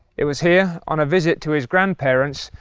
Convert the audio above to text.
it was here on a visit to his grandparents,